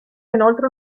inoltre